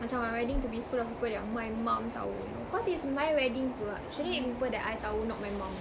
macam my wedding to be full people yang my mum tahu you know cause it's my wedding [pe] shouldn't it be people yang I tahu not my mum